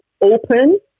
open